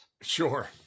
Sure